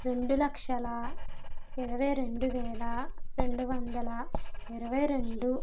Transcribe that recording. రెండులక్షల ఇరవై రెండువేల రెండు వందల ఇరవై రెండు